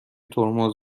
ترمز